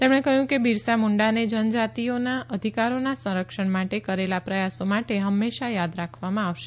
તેમણે કહ્યું કે બિરસા મુંડાને જનજાતિઓના અધિકારોના સંરક્ષણ માતે કરેલા પ્રયાસો માતે હંમેશા યાદ રાખવામાં આવશે